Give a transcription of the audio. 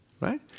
Right